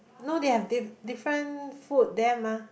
no they have di~ different food there mah